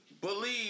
believe